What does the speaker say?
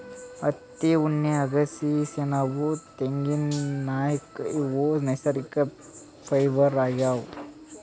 ಹತ್ತಿ ಉಣ್ಣೆ ಅಗಸಿ ಸೆಣಬ್ ತೆಂಗಿನ್ಕಾಯ್ ಇವ್ ನೈಸರ್ಗಿಕ್ ಫೈಬರ್ ಆಗ್ಯಾವ್